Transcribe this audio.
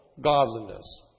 godliness